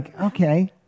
okay